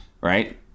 right